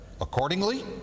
Accordingly